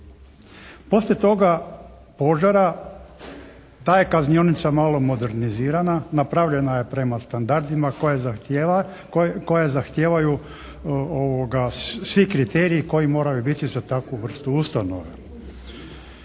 Poslije toga požara ta je kaznionica malo modernizirana, napravljena je prema standardima koje zahtijevaju svi kriteriji koji moraju biti za takvu vrstu ustanove.